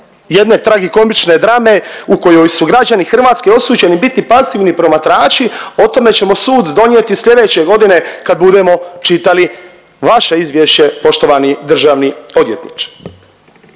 jedne tragikomične drame u kojoj su građani Hrvatske osuđeni biti pasivni promatrači o tome ćemo sud donijeti sljedeće godine kad budemo čitali vaše izvješće poštovani državni odvjetniče.